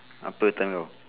apa time kau